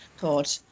thoughts